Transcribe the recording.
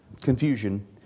confusion